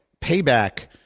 payback